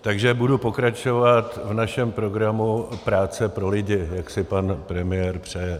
Takže budu pokračovat v našem programu práce pro lidi, jak si pan premiér přeje.